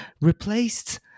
replaced